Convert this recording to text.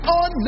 on